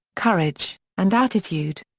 courage, and attitude.